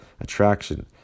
attraction